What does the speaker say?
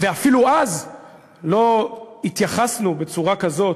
ואפילו אז לא התייחסנו בצורה כזאת,